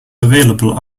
available